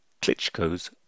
Klitschko's